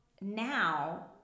Now